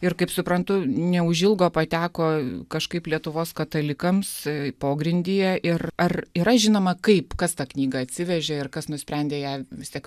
ir kaip suprantu neužilgo pateko kažkaip lietuvos katalikams pogrindyje ir ar yra žinoma kaip kas tą knygą atsivežė ir kas nusprendė ją vis tiek